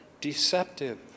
deceptive